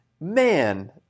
Man